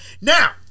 Now